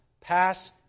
pass